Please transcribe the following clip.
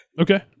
Okay